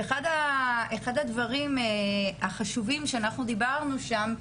אחד הדברים החשובים שאנחנו דיברנו שם,